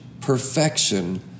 perfection